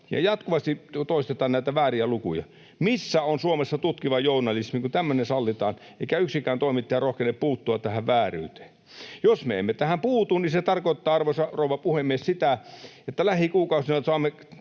Jatkuvasti toistetaan näitä vääriä lukuja. Missä on Suomessa tutkiva journalismi, kun tämmöinen sallitaan eikä yksikään toimittaja rohkene puuttua tähän vääryyteen? Jos me emme tähän puutu, niin se tarkoittaa, arvoisa rouva puhemies, sitä, että lähikuukausina saamme